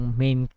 main